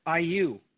IU